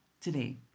today